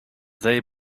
they